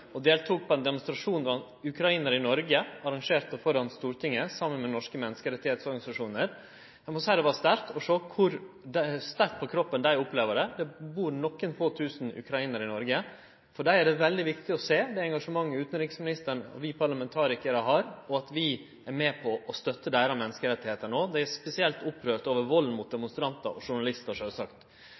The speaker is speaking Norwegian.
Sjølv deltok eg i går på ein demonstrasjon som ukrainarar i Noreg arrangerte framfor Stortinget saman med norske menneskerettsorganisasjonar. Eg må seie det var sterkt å sjå kor sterkt på kroppen dei opplever det. Det bur nokre få tusen ukrainarar i Noreg. For dei er det veldig viktig å sjå det engasjementet utanriksministaren og vi parlamentarikarar har, og at vi er med på å støtte deira menneskerettar nå. Dei er spesielt opprørte over valden mot demonstrantar og journalistar, sjølvsagt.